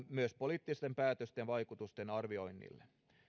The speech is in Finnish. myös poliittisten päätösten vaikutusten arvioinnille